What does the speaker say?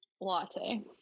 Latte